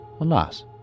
alas